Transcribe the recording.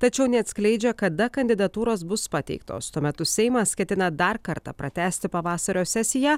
tačiau neatskleidžia kada kandidatūros bus pateiktos tuo metu seimas ketina dar kartą pratęsti pavasario sesiją